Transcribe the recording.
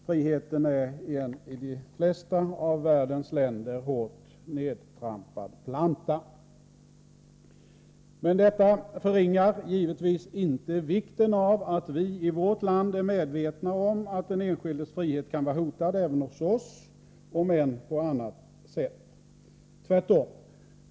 Friheten är en i de flesta av världens länder hårt nertrampad planta. Men detta förringar givetvis inte vikten av att vi i vårt land är medvetna om att den enskildes frihet kan vara hotad även hos oss, om än på annat sätt — tvärtom.